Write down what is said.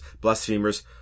blasphemers